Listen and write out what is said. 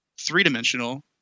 three-dimensional